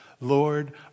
Lord